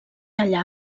allà